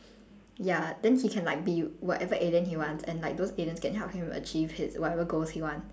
ya then he can like be whatever alien he wants and like those aliens can help him achieve his whatever goals he want